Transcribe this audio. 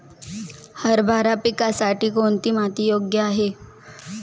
हरभरा पिकासाठी कोणती माती योग्य आहे?